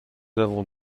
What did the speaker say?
avons